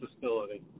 facility